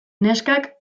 neskak